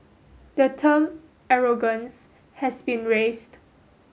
the term arrogance has been raised